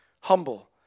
humble